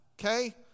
okay